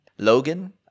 Logan